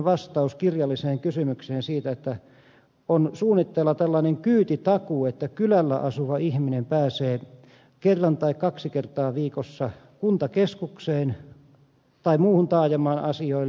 liikenneministeri vastasi kirjalliseen kysymykseen että on suunnitteilla tällainen kyytitakuu että kylällä asuva ihminen pääsee kerran tai kaksi kertaa viikossa kuntakeskukseen tai muuhun taajamaan asioille